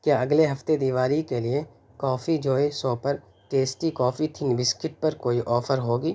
کیا اگلے ہفتے دیوالی کے لیے coffee joy super tasty coffee thin biscuit پر کوئی آفر ہوگی